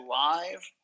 live